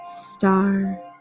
star